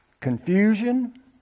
confusion